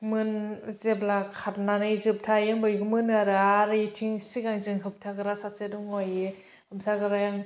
मोन जेब्ला खारनानै जोबथा हैयो बैबो मोनो आरो आरो बिथिं सिगांजों होबथाग्रा सासे दङ इयो होबथाग्राया